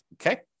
okay